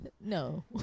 no